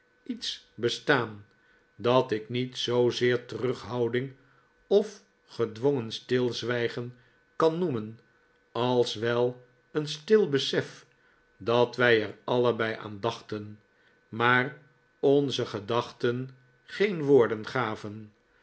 iets bestaan dat ik niet zoozeer terughouding of gedwongen stilzwijgen kan noemen als wel een stil besef dat wij er allebei aan dachten maar onze gedachten geen woorden gaven